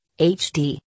HD